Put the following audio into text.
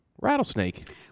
rattlesnake